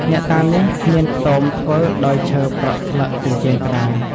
អ្នកតានេះ មានខ្ទមធ្វើដោយឈើប្រក់ស្លឹកជញ្ជាំងក្ដារ ។